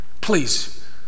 please